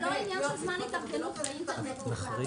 זה לא עניין של זמן התארגנות, זה האינטרנט בכלל.